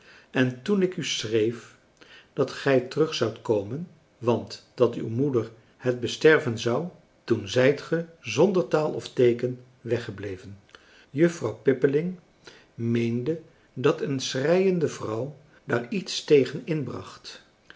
en toen ik u schreef dat gij terug zoudt komen want dat uw moeder het besterven zou toen zijt ge zonder taal of teeken weggebleven juffrouw pippeling meende dat een schreiende vrouw daar iets tegen inbracht